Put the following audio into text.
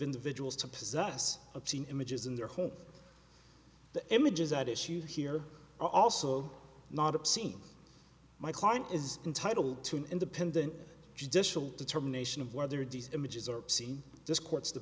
individuals to possess obscene images in their home the images at issue here also not obscene my client is entitled to an independent judicial determination of whether these images are seen this court's the